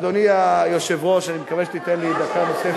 אדוני היושב-ראש, אני מקווה שתיתן לי דקה נוספת.